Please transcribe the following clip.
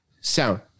sound